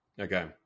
okay